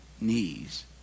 knees